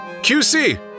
QC